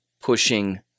pushing